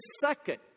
second